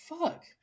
fuck